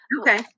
Okay